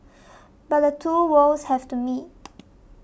but the two worlds have to meet